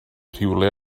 rhywle